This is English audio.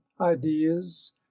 ideas